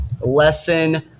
Lesson